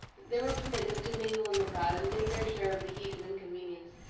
they were permitted to mingle in the crowd, and take their share of the heat and inconvenience,